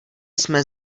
jsme